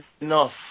enough